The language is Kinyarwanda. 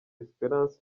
esperance